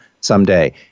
someday